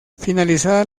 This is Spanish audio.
finalizada